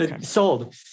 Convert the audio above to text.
Sold